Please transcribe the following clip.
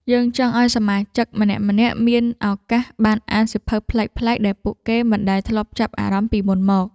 យើងចង់ឱ្យសមាជិកម្នាក់ៗមានឱកាសបានអានសៀវភៅប្លែកៗដែលពួកគេមិនដែលធ្លាប់ចាប់អារម្មណ៍ពីមុនមក។